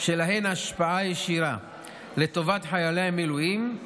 שיש להן השפעה ישירה לטובת חיילי המילואים,